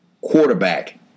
quarterback